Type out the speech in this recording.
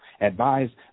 advised